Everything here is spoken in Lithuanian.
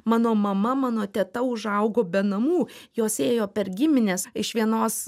mano mama mano teta užaugo be namų jos ėjo per gimines iš vienos